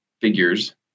figures